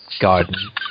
garden